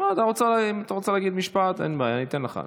אם אתה רוצה להגיד משפט, אין בעיה, אני אתן לך.